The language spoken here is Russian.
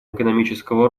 экономического